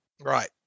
Right